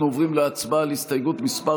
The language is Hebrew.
אנחנו עוברים להצבעה על הסתייגות מס'